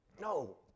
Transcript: No